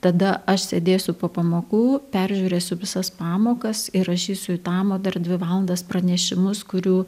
tada aš sėdėsiu po pamokų peržiūrėsiu visas pamokas įrašysiu į tam dar dvi valandas pranešimus kurių